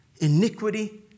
Iniquity